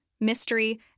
mystery